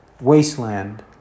wasteland